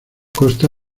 consta